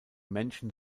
männchen